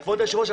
כבוד היושב ראש,